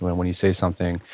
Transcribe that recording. when when you say something.